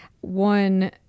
one